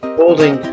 holding